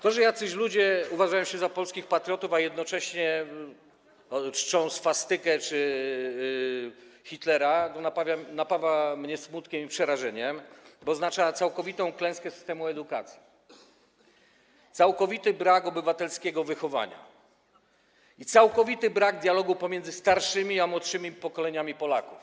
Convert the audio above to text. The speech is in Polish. To, że jacyś ludzie uważają się za polskich patriotów, a jednocześnie czczą swastykę czy Hitlera, napawa mnie smutkiem i przerażeniem, bo oznacza to całkowitą klęskę systemu edukacji, całkowity brak obywatelskiego wychowania i całkowity brak dialogu pomiędzy starszymi a młodszymi pokoleniami Polaków.